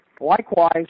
Likewise